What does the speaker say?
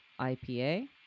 IPA